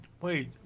wait